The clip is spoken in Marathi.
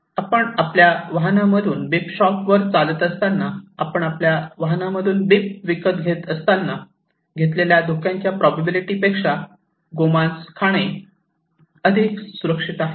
" आपण आपल्या वाहनमधून बीफ शॉपवर चालत असताना आपण आपल्या वाहनमधून बीफ विकत घेत असताना घेतलेल्या धोक्याच्या प्रोबॅबिलिटी पेक्षा गोमांस खाणे अधिक सुरक्षित आहे